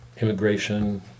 immigration